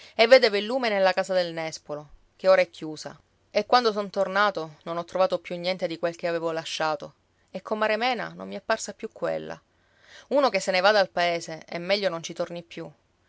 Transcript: e vedevo il lume nella casa del nespolo che ora è chiusa e quando son tornato non ho trovato più niente di quel che avevo lasciato e comare mena non mi è parsa più quella uno che se ne va dal paese è meglio non ci torni più